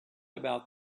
about